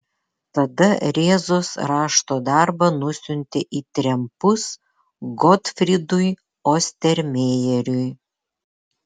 tada rėzos rašto darbą nusiuntė į trempus gotfrydui ostermejeriui